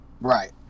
Right